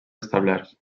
establerts